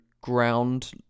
ground